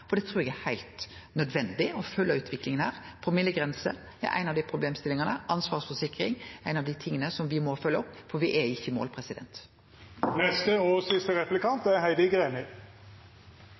for eg trur det er heilt nødvendig å følgje utviklinga. Promillegrense er ei problemstilling og ansvarsforsikring ein annan av dei tinga me må følgje opp, for me er ikkje i mål.